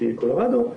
שהיא קולורדו,